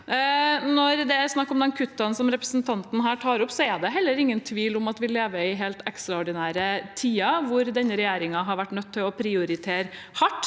Når det er snakk om de kuttene som representanten her tar opp, er det heller ingen tvil om at vi lever i helt ekstraordinære tider, hvor denne regjeringen har vært nødt til å prioritere hardt.